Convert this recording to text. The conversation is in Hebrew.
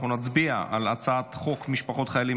אנחנו נצביע על הצעת חוק משפחות חיילים